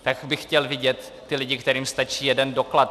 Tak bych chtěl vidět ty lidi, kterým stačí jeden doklad.